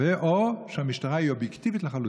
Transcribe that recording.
או שהמשטרה היא אובייקטיבית לחלוטין.